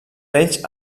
ells